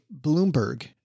Bloomberg